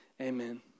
amen